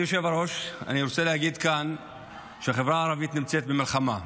אני רוצה להגיד כאן שהחברה הערבית נמצאת במלחמה.